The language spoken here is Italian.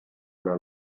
una